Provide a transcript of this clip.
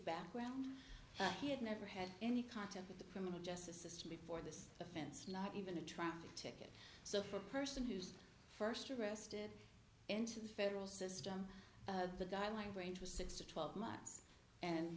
background that he had never had any contact with the criminal justice system before this offense not even a traffic ticket so for a person who's first arrested into the federal system the guy like grange was six to twelve months and